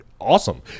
awesome